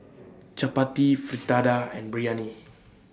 Chapati Fritada and Biryani